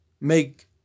make